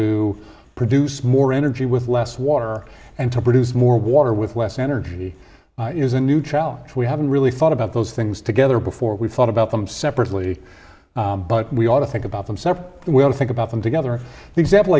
to produce more energy with less water and to produce more water with less energy is a new challenge we haven't really thought about those things together before we thought about them separately but we ought to think about them separate we'll think about them together the example